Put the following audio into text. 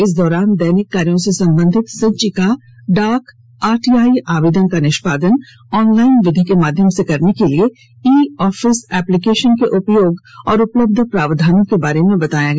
इस दौरान दैनिक कार्यों से संबंधित संचिका डाक आरटीआई आवेदन का निष्पादन ऑनलाइन विधि के माध्यम करने के लिए ई ऑफिस एपलिकेशन के उपयोग एवं उपलब्ध प्रावधानों के बारे में बताया गया